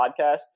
podcast